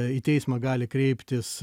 į teismą gali kreiptis